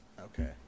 Okay